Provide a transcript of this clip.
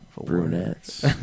Brunettes